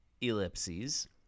Ellipses